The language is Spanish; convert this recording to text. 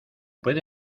puede